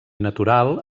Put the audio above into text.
natural